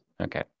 okay